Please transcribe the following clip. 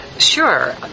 Sure